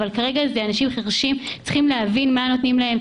אבל כרגע זה אנשים חירשים שצריכים להבין מה עושים להם,